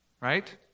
Right